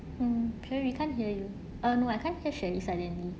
um here we can't hear you uh no I can't hear sherry suddenly